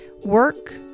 Work